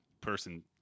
person